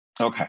Okay